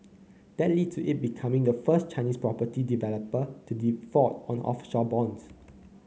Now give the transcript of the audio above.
that lead to it becoming the first Chinese property developer to default on offshore bonds